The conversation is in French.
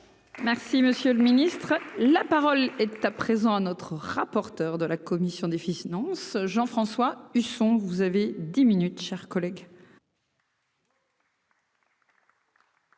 Merci, monsieur le Ministre, la parole est à. Présent à notre rapporteur de la commission des fils Jean-François Husson, vous avez dix minutes chers collègues.